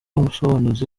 umusobanuzi